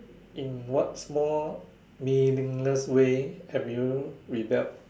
in what small meaningless way have you rebelled